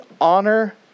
honor